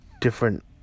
different